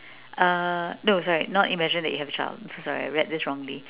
uh no sorry not imagine that you have a child I'm so sorry I read this wrongly